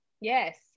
Yes